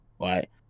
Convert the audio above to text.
Right